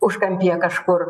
užkampyje kažkur